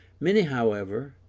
many, however,